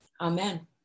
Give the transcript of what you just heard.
Amen